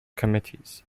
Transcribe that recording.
committees